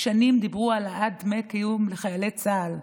שנים דיברו על העלאת דמי קיום לחיילי צה"ל,